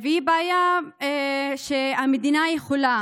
והיא בעיה שהמדינה יכולה